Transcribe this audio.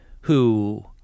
who-